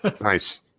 Nice